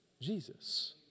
Jesus